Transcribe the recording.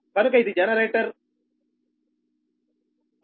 కనుక ఇది generator 1j0